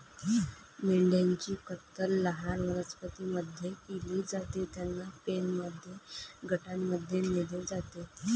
मेंढ्यांची कत्तल लहान वनस्पतीं मध्ये केली जाते, त्यांना पेनमध्ये गटांमध्ये नेले जाते